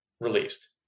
released